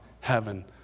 heaven